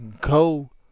Go